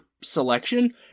selection